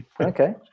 Okay